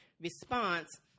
response